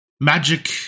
magic